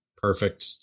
Perfect